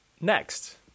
next